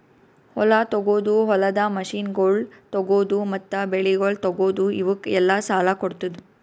ಹೊಲ ತೊಗೋದು, ಹೊಲದ ಮಷೀನಗೊಳ್ ತೊಗೋದು, ಮತ್ತ ಬೆಳಿಗೊಳ್ ತೊಗೋದು, ಇವುಕ್ ಎಲ್ಲಾ ಸಾಲ ಕೊಡ್ತುದ್